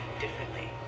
differently